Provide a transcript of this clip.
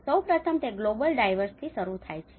સૌ પ્રથમ તે ગ્લોબલ ડ્રાઇવર્સથી શરૂ થાય છે